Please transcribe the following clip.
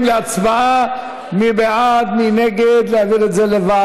אותו אמצעי תחבורה שמגיע למקומות שבהם עדיין אין כמות גדולה של ביקושים,